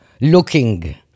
looking